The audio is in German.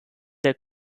der